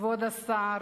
כבוד השר,